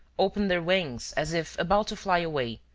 opened their wings as if about to fly away,